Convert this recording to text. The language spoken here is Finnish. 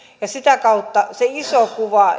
sitä kautta valitettavasti se yksi iso kuva